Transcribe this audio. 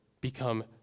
become